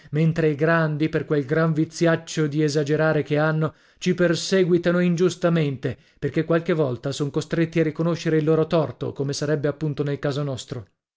mentre i grandi per quel gran viziaccio di esagerare che hanno ci perseguitano ingiustamente perché qualche volta son costretti a riconoscere il loro torto come sarebbe appunto nel caso nostro